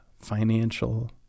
financial